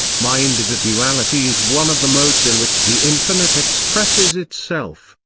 my individuality is one of the modes in which the infinite expresses itself,